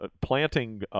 Planting